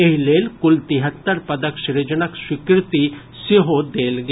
एहि लेल कुल तिहत्तर पदक सृजनक स्वीकृति सेहो देल गेल